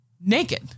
naked